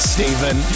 Stephen